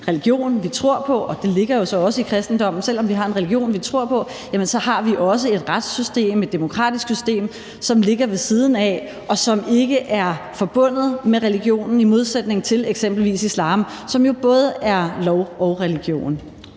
religion, vi tror på – og det ligger jo så også i kristendommen – så har vi også et retssystem, et demokratisk system, som ligger ved siden af, og som ikke er forbundet med religionen – i modsætning til eksempelvis islam, som både er lov og religion.